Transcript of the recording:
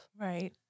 right